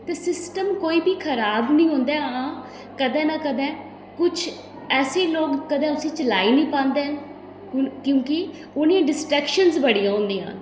ते सिस्टम कोई बी खराब निं होंदा हां कदें ना कदें कुछ ऐसे लोग कदें उस्सी चलाई निं पांदे न उ'न क्योंकि उ'नें गी डिस्ट्रैक्शन बड़ियां होंदियां